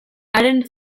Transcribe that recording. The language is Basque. haren